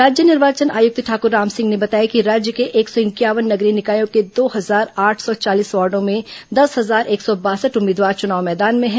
राज्य निर्वाचन आयुक्त ठाकुर रामसिंह ने बताया कि राज्य के एक सौ इंक्यावन नगरीय निकायों के दो हजार आठ सौ चालीस वार्डों में दस हजार एक सौ बासठ उम्मीदवार चुनाव मैदान में हैं